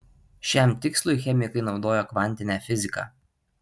šiam tikslui chemikai naudojo kvantinę fiziką